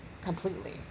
completely